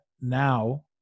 now